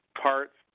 parts